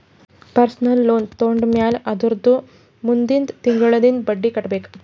personal loan ತೊಂಡಮ್ಯಾಲ್ ಅದುರ್ದ ಮುಂದಿಂದ್ ತಿಂಗುಳ್ಲಿಂದ್ ಬಡ್ಡಿ ಕಟ್ಬೇಕ್